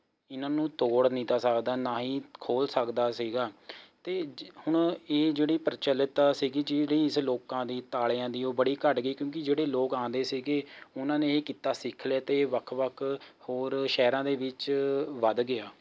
ਇਨ੍ਹਾਂ ਨੂੰ ਤੋੜ ਨਹੀਂ ਤਾ ਸਕਦਾ ਨਾ ਹੀ ਖੋਲ੍ਹ ਸਕਦਾ ਸੀਗਾ ਅਤੇ ਜ ਹੁਣ ਇਹ ਜਿਹੜੀ ਪ੍ਰਚਲਿਤ ਸੀਗੀ ਜਿਹੜੀ ਇਸ ਲੌਕਾਂ ਦੀ ਤਾਲਿਆਂ ਦੀ ਉਹ ਬੜੀ ਘੱਟ ਗਈ ਕਿਉਂਕਿ ਜਿਹੜੇ ਲੋਕ ਆਉਂਦੇ ਸੀਗੇ ਉਹਨਾਂ ਨੇ ਇਹ ਕਿੱਤਾ ਸਿੱਖ ਲਿਆ ਅਤੇ ਵੱਖ ਵੱਖ ਹੋਰ ਸ਼ਹਿਰਾਂ ਦੇ ਵਿੱਚ ਵਧ ਗਿਆ